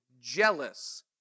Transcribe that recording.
jealous